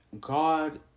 God